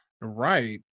Right